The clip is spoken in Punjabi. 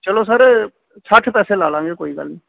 ਚੱਲੋ ਸਰ ਸੱਠ ਪੈਸੇ ਲਾ ਲਵਾਂਗੇ ਕੋਈ ਗੱਲ ਨਹੀਂ